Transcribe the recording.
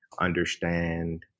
understand